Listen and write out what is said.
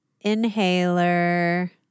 Inhaler